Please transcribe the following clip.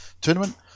tournament